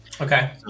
Okay